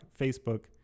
Facebook